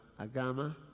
Agama